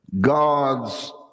God's